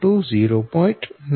11 અને tR 1tS11